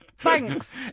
Thanks